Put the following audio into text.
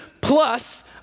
plus